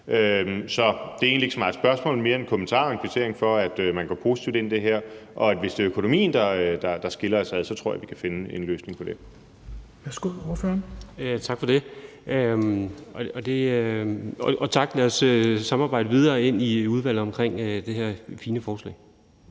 Så det er egentlig ikke så meget et spørgsmål, men mere en kommentar og en kvittering for, at man går positivt ind i det her. Og hvis det er økonomien, der skiller os ad, tror jeg, at vi kan finde en løsning på det. Kl. 10:37 Fjerde næstformand (Rasmus Helveg Petersen): Værsgo